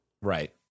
Right